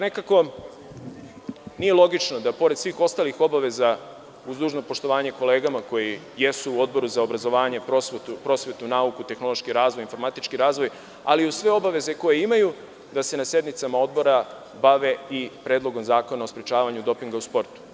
Nekako, nije logično da pored svih ostalih obaveza uz dužno poštovanje kolegama koje jesu u Odboru za obrazovanje, prosvetu, nauku, tehnološki razvoj, informatički razvoj, ali uz sve obaveze koje imaju, da se na sednicama Odbora bave i Predlogom zakona u sprečavanju dopinga u sportu.